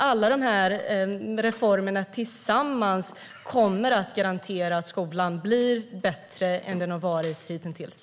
Alla de reformerna tillsammans kommer att garantera att skolan blir bättre än den har varit hitintills.